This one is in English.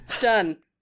Done